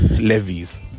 levies